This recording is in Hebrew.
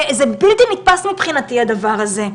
זה בלתי נתפס מבחינתי הדבר הזה.